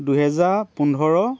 দুহেজাৰ পোন্ধৰ